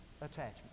attachment